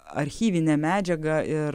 archyvine medžiaga ir